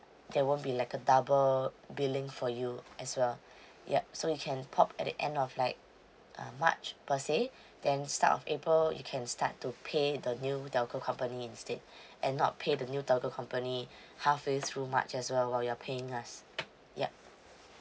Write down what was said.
there won't be like a double billing for you as well yup so you can port at the end of like uh march per se then start of april you can start to pay the new telco company instead and not pay the new telco company halfway through march as well while you are paying us yup